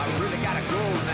really gotta go.